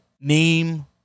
name